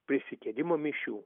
prisikėlimo mišių